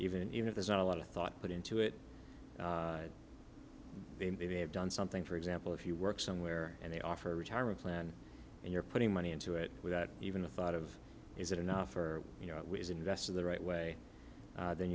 can even if there's not a lot of thought put into it maybe they have done something for example if you work somewhere and they offer a retirement plan and you're putting money into it without even a thought of is it enough or you know is invested the right way then